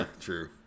True